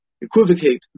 equivocate